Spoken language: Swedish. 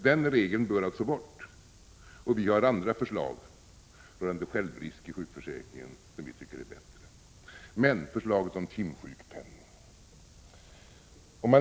Den regeln bör alltså bort, och vi har andra förslag rörande självrisk i sjukförsäkringen som vi tycker är bättre. Den andra delen är förslaget om timsjukpenning.